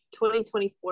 2024